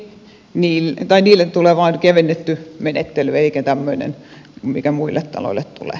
niille tulee vain kevennetty menettely eikä tämmöinen mikä muille taloille tulee